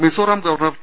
Mizoram governor P